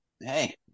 Hey